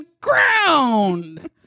ground